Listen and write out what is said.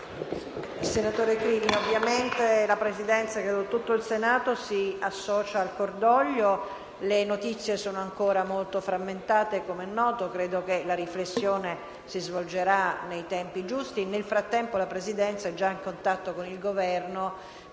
Senatore Crimi, ovviamente la Presidenza e tutto il Senato si associano al cordoglio. Le notizie - com'è noto - sono ancora molto frammentarie, ma credo che la riflessione si svolgerà nei tempi giusti. Nel frattempo, la Presidenza è già in contatto con il Governo